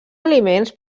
aliments